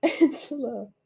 Angela